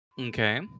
Okay